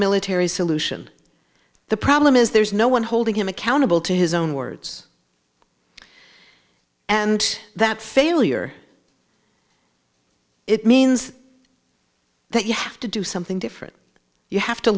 military solution the problem is there's no one holding him accountable to his own words and that failure it means that you have to do something different you have to